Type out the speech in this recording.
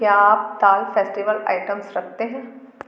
क्या आप दाल फेस्टिवल आइटम्स रखते हैं